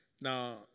Now